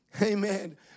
Amen